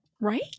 Right